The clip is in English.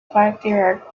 patriarch